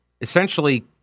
essentially